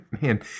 Man